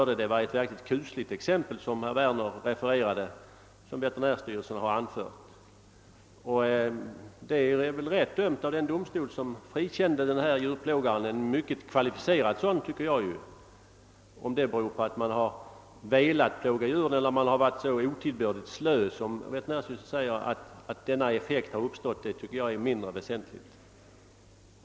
Det är ett verkligt kusligt exempel som veterinärstyrelsen har anfört och som herr Werner refererade. Men det var väl rätt dömt av den domstol som frikände denne djurplågare — en mycket kvalificerad sådan, tycker jag. Om djurplågeriet beror på att man har velat plåga djuren eller om man har varit så otillbörligt slö som ifrågavarande djurplågare enligt veterinärstyrelsen varit, med den effekt som därigenom har uppstått, är fullständigt egalt enligt min mening.